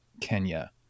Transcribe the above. Kenya